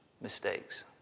mistakes